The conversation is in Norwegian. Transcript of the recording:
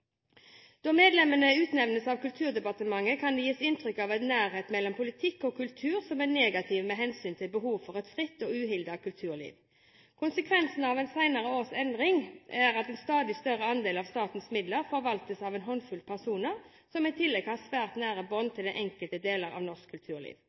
Da medlemmene utnevnes av Kulturdepartementet, kan det gis inntrykk av en nærhet mellom politikk og kultur som er negativ med hensyn til behovet for et fritt og uhildet kulturliv. Konsekvensene av de senere års endring er at en stadig større andel av statens midler forvaltes av en håndfull personer som i tillegg har svært nære bånd